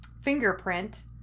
fingerprint